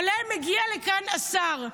עולה ומגיע לכאן השר,